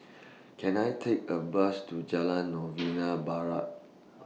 Can I Take A Bus to Jalan Novena Barat